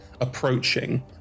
approaching